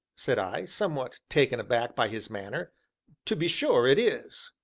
said i, somewhat taken aback by his manner to be sure it is.